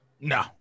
No